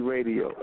Radio